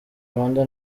rwanda